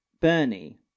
bernie